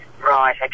Right